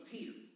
Peter